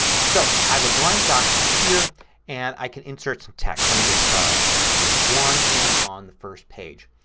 so i have a blank document here and i can insert some text. let me just type the word one here on the first page.